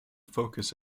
focus